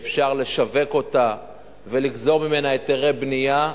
שאפשר לשווק אותה ולגזור ממנה היתרי בנייה,